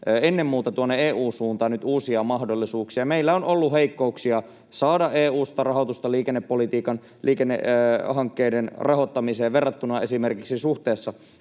ennen muuta tuonne EU:n suuntaan nyt uusia mahdollisuuksia. Meillä on ollut heikkouksia saada EU:sta rahoitusta liikennehankkeiden rahoittamiseen verrattuna esimerkiksi Ruotsiin.